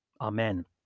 Amen